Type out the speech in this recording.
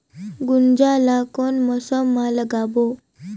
गुनजा ला कोन मौसम मा लगाबो?